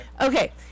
Okay